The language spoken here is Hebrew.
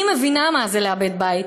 "אני מבינה מה זה לאבד בית,